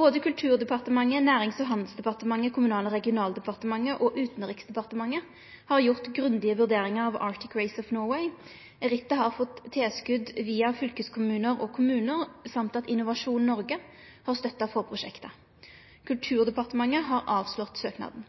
Både Kulturdepartementet, Nærings- og handelsdepartementet, Kommunal- og regionaldepartementet og Utanriksdepartementet har gjort grundige vurderingar av Arctic Race of Norway. Rittet har fått tilskot via fylkeskommunar og kommunar, samt at Innovasjon Noreg har støtta forprosjektet. Kulturdepartementet har avslått søknaden.